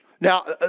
Now